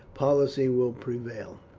policy will prevail.